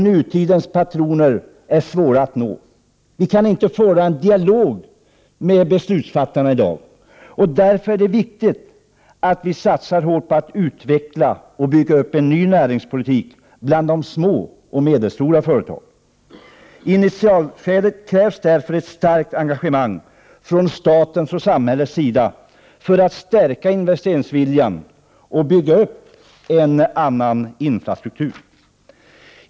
Nutidens patroner är svåra att nå. Vi kan i dag inte föra en dialog med beslutsfattarna. Därför är det viktigt att vi satsar hårt på att utveckla och bygga upp en ny näringsstruktur bland de små och medelstora företagen. I initialskedet krävs därför ett starkt engagemang från statens och samhällets sida för att stärka investeringsviljan och bygga upp en annan infrastruktur.